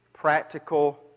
practical